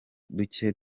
duke